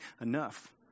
enough